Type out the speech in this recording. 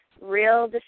real